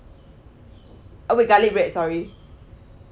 oh wait garlic bread sorry